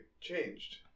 changed